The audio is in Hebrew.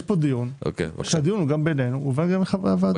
יש פה דיון שהוא גם בינינו והוא מובא לחברי הוועדה.